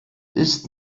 ist